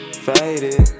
Faded